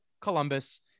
Columbus